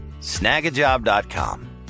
snagajob.com